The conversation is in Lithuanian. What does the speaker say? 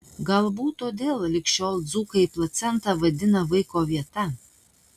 galbūt todėl lig šiol dzūkai placentą vadina vaiko vieta